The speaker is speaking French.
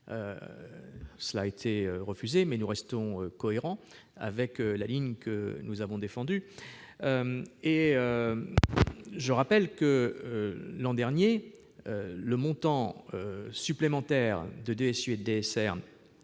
a été refusée, mais nous restons cohérents avec la ligne que nous avons défendue. Je rappelle que, l'an dernier, le montant supplémentaire de DSU et de DSR